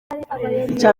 icya